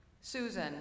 Susan